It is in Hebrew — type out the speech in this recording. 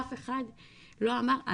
אף אחד לא אמר,